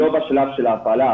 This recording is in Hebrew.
לא בשלב של ההפעלה.